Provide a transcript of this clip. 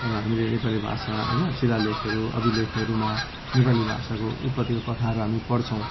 अब हामीले नेपाली भाषा होइन शिलालेखहरू अभिलेखहरूमा नेपाली भाषाको उत्पत्तिको कथाहरू हामी पढ्छौँ